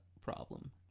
problem